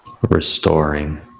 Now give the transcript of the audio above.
restoring